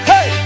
Hey